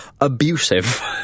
abusive